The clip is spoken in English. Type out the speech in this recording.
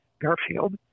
Garfield